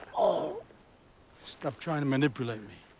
ah stop trying to manipulate me.